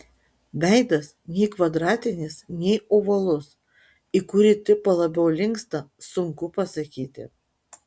veidas nei kvadratinis nei ovalus į kurį tipą labiau linksta sunku pasakyti